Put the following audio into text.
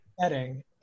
setting